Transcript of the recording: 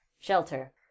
Shelter